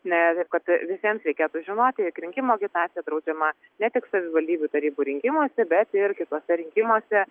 na taip kad visiems reikėtų žinoti jog rinkimų agitacija draudžiama ne tik savivaldybių tarybų rinkimuose bet ir kituose rinkimuose